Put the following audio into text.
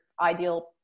ideal